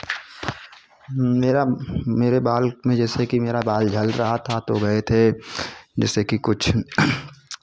मेरा मेरे बाल इतने जैसे कि मेरा बाल झड़ रहा था तो गए थे जैसे कि कुछ